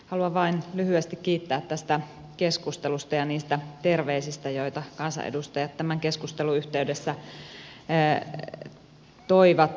haluan vain lyhyesti kiittää tästä keskustelusta ja niistä terveisistä joita kansanedustajat tämän keskustelun yhteydessä toivat